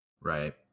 Right